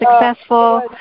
successful